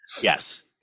yes